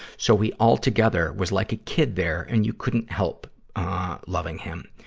so we all together was like a kid there, and you couldn't help loving him.